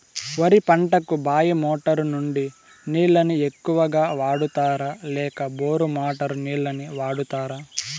వరి పంటకు బాయి మోటారు నుండి నీళ్ళని ఎక్కువగా వాడుతారా లేక బోరు మోటారు నీళ్ళని వాడుతారా?